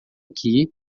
aqui